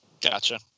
Gotcha